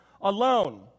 alone